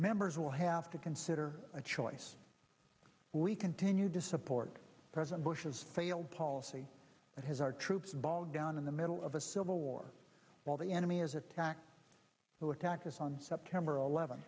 members will have to consider a choice we continue to support president bush's failed policy and his our troops bogged down in the middle of a civil war while the enemy is attacked who attacked us on september eleventh